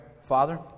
Father